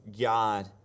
God